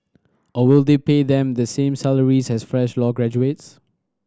or will they pay them the same salaries as fresh law graduates